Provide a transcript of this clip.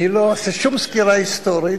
אני לא אעשה שום סקירה היסטורית,